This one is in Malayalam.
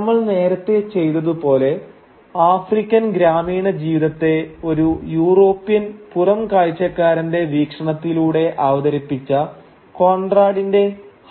നമ്മൾ നേരത്തെ ചെയ്തതു പോലെ ആഫ്രിക്കൻ ഗ്രാമീണ ജീവിതത്തെ ഒരു യൂറോപ്യൻ പുറംകാഴ്ച്ചക്കാരന്റെ വീക്ഷണത്തിലൂടെ അവതരിപ്പിച്ച കൊൺറാടിന്റെ